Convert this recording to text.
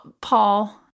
Paul